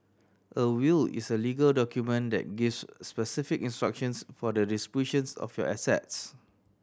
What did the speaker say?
a will is a legal document that gives specific instructions for the distributions of your assets